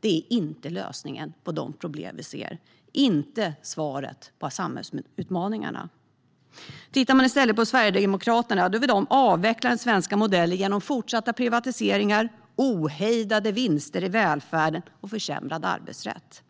Det är inte lösningen på de problem vi ser. Det är inte svaret på samhällsutmaningarna. Tittar man i stället på Sverigedemokraterna ser man att de vill avveckla den svenska modellen genom fortsatta privatiseringar, ohejdade vinster i välfärden och försämrad arbetsrätt.